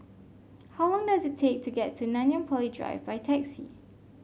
how long does it take to get to Nanyang Poly Drive by taxi